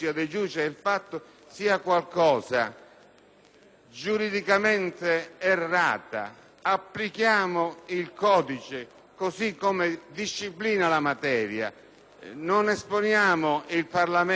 giuridicamente errato. Applichiamo il codice così come disciplina la materia; non esponiamo il Parlamento ad una